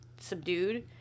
subdued